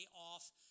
off